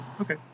Okay